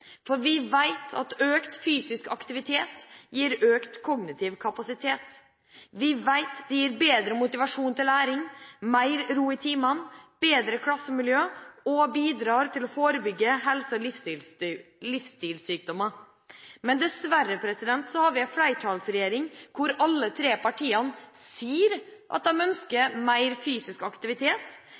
Vi vet at økt fysisk aktivitet gir økt kognitiv kapasitet. Vi vet det gir bedre motivasjon for læring, mer ro i timene, bedre klassemiljø, og at det bidrar til å forebygge helse- og livsstilssykdommer. Dessverre har vi en flertallsregjering hvor alle tre partiene sier at de ønsker mer fysisk aktivitet,